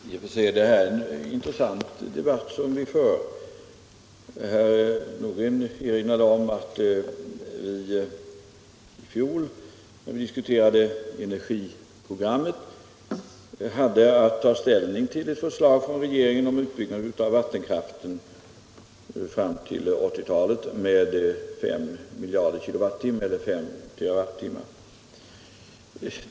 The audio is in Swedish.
Fru talman! I och för sig är det en intressant debatt som vi för. Herr Nordgren erinrade om att vi, då vi i fjol diskuterade energiprogrammet hade att ta ställning till ett förslag från regeringen om utbyggnad av vattenkraften fram till 1980-talet med 5 miljarder kilowattimmar eller S TWh.